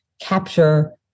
capture